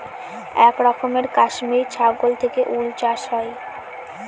এক রকমের কাশ্মিরী ছাগল থেকে উল চাষ হয়